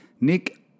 Nick